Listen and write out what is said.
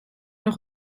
nog